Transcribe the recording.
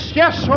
yes